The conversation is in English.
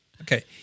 Okay